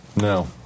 No